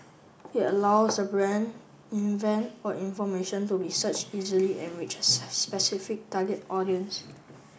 it allows the brand event or information to be searched easily and reach a specific target audience